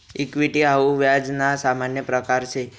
equity हाऊ व्याज ना सामान्य प्रकारसे